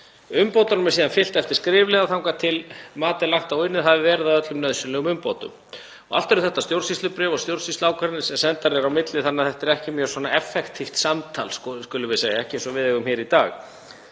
Umbótunum er síðan fylgt eftir skriflega þangað til mat er lagt á að unnið hafi verið að öllum nauðsynlegum umbótum. Allt eru þetta stjórnsýslubréf og stjórnsýsluákvarðanir sem send eru á milli þannig að þetta er ekki mjög svona „effektíf“ skoðun, skulum við segja, ekki eins og við eigum í dag.